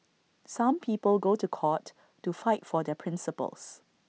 some people go to court to fight for their principles